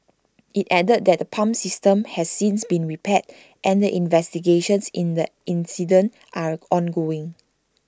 IT added that the pump system has since been repaired and that investigations in the incident are ongoing